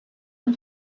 amb